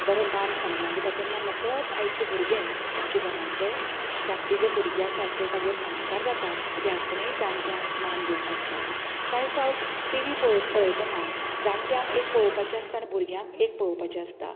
बरो मान सन्मान दिता तेन्ना न कळत आयचे भुरगे आमच्या घरांतले धाकटे जे भुरगे आसता ते ताजेर संस्कार जाता की आपणेय जांट्यांग मान दिवपाक जाय काय फावट टी वी पळोव पळयतना जाणट्यांक एक पळोवपाचे आसता आनी भुरग्यां एक पळोवपाचे आसता